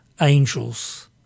angels